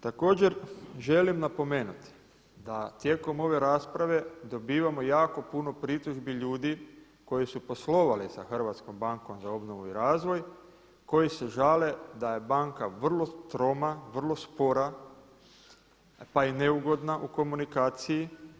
Također želim napomenuti da tijekom ove rasprave dobivamo jako puno pritužbi ljudi koji su poslovali sa Hrvatskom bankom za obnovu i razvoj, koji se žale da je banka vrlo troma, vrlo spora pa i neugodna u komunikaciji.